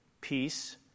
peace